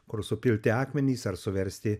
kur supilti akmenys ar suversti